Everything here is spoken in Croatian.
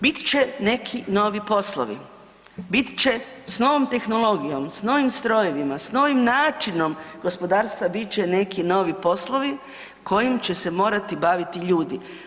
Bit će neki novi poslovi, bit će s novom tehnologijom, s novim strojevima, s novim načinom gospodarstva bit će neki novi poslovi kojim će se morati baviti ljudi.